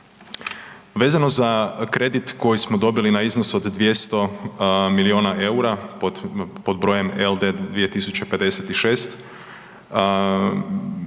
Vezano za kredit koji smo dobili na iznos od 200 milijuna eura pod brojem LD 2056,